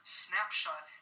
snapshot